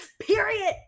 Period